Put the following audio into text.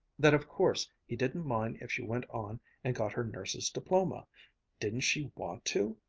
that of course he didn't mind if she went on and got her nurse's diploma didn't she want to?